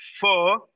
four